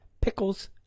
pickles